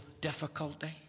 difficulty